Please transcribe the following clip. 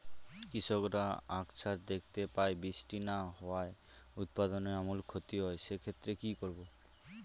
কৃষকরা আকছার দেখতে পায় বৃষ্টি না হওয়ায় উৎপাদনের আমূল ক্ষতি হয়, সে ক্ষেত্রে কি করব?